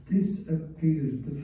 disappeared